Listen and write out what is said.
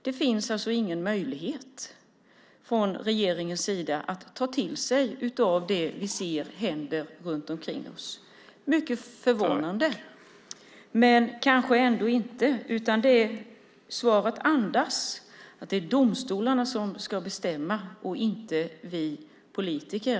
Det finns alltså ingen möjlighet från regeringens sida att ta till sig av det vi ser händer runt omkring oss. Det är mycket förvånande, men kanske ändå inte. Svaret andas att det är domstolarna som ska bestämma och inte vi politiker.